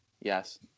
yes